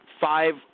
Five